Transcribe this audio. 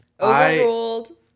Overruled